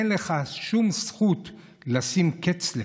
אין לך שום זכות לשים קץ לכך.